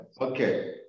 Okay